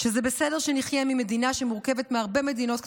שזה בסדר שנחיה במדינה שמורכבת מהרבה מדינות קטנות.